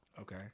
Okay